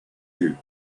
you